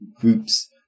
Groups